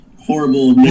horrible